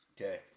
Okay